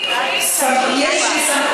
לפי סעיף